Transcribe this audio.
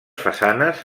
façanes